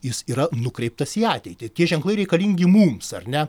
jis yra nukreiptas į ateitį tie ženklai reikalingi mums ar ne